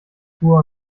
spur